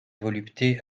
volupté